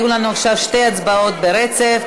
יהיו לנו עכשיו שתי הצבעות ברצף,